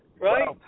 Right